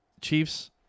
Chiefs